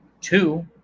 two